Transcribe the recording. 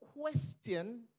question